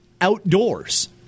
outdoors